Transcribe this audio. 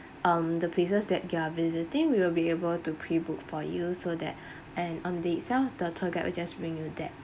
um the places that you are visiting we will be able to pre book for you so that and on the itself the tour guide will just bring your there